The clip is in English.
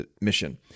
mission